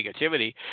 negativity